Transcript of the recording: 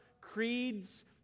creeds